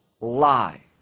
lie